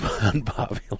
unpopular